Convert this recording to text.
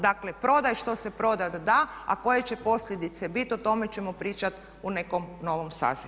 Dakle, prodaj što se prodat da a koje će posljedice biti o tome ćemo pričat u nekom novom sazivu.